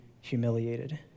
humiliated